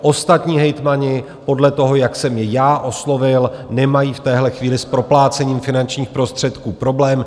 Ostatní hejtmani podle toho, jak jsem je já oslovil, nemají v téhle chvíli s proplácením finančních prostředků problém.